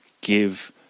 give